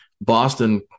Boston